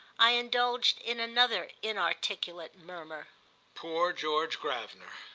i indulged in another inarticulate murmur poor george gravener!